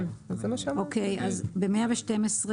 ב-113,